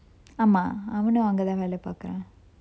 ஆமா அவனும் அங்கதான் வேல பாக்குறான்:aama avanum angathaan vela pakkuran